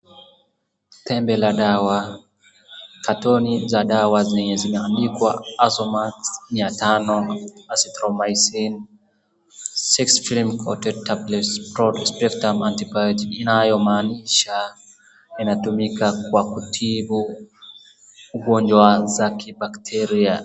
Tembe la dawa, katoni za dawa zenye zimeandikwa Azomax 500 Azithromycin 6 film coated tablets, broad spectrum antibiotic inayomaanisha inatumika kwa kutibu ugonjwa za kibakteria.